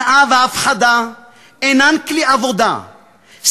שנאה והפחדה אינן כלי עבודה,